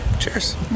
cheers